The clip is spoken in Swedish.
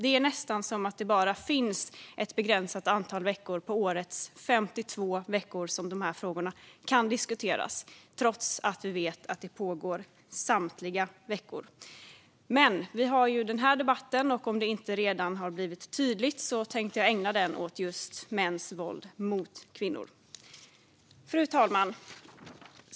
Det är nästan som att det bara finns ett begränsat antal av årets 52 veckor då de här frågorna kan diskuteras, trots att vi vet att detta pågår samtliga veckor. Men nu har vi den här debatten, som jag - om det inte redan blivit tydligt - tänkte ägna åt just mäns våld mot kvinnor. Fru talman!